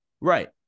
Right